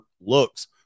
looks